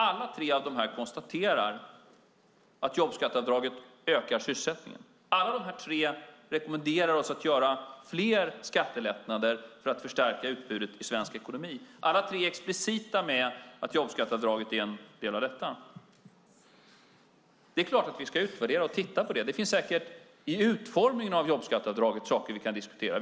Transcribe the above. Alla tre konstaterar att jobbskatteavdraget ökar sysselsättningen. Alla tre rekommenderar oss att göra fler skattelättnader för att förstärka utbudet i svensk ekonomi. Alla tre är explicita med att jobbskatteavdraget är en del av detta. Det är klart att vi ska utvärdera och titta på det. Det finns säkert, i utformningen av jobbskatteavdraget, saker vi kan diskutera.